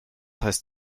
heißt